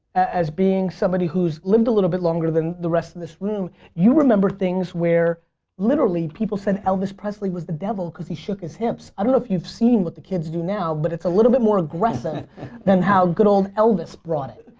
as being somebody who's lived a little longer than the rest of this room you remember things where literally people said elvis presley was the devil because he shook his hips. i don't know if you seen what the kids do now but it's a little bit more of aggressive than how good old elvis brought it.